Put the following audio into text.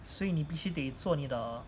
所以你必须得做你的